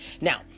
Now